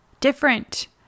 different